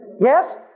Yes